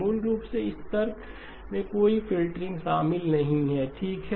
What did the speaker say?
मूल रूप से इस तर्क में कोई फ़िल्टरिंग शामिल नहीं है ठीक है